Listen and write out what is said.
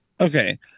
Okay